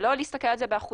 לא נסתכל על זה באחוזים,